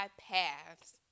paths